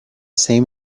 same